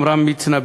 עמרם מצנע,